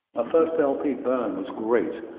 ah first lp burn was great.